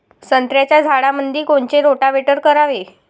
संत्र्याच्या झाडामंदी कोनचे रोटावेटर करावे?